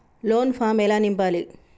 Loan form ఎలా నింపాలి?